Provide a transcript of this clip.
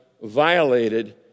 violated